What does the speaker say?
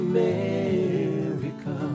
America